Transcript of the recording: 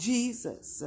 Jesus